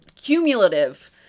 cumulative